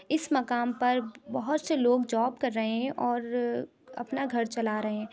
اِس مقام پر بہت سے لوگ جاب کر رہے ہیں اور اپنا گھر چلا رہے ہیں